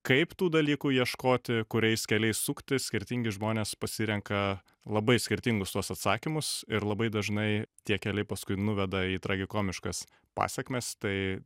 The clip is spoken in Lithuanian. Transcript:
kaip tų dalykų ieškoti kuriais keliais sukti skirtingi žmonės pasirenka labai skirtingus tuos atsakymus ir labai dažnai tie keliai paskui nuveda į tragikomiškas pasekmes tai